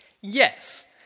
Yes